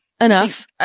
enough